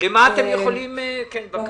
בבקשה.